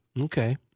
Okay